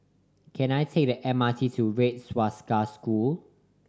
can I take the M R T to Red Swastika School